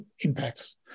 impacts